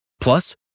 Plus